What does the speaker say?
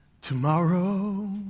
tomorrow